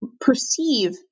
perceive